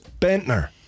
Bentner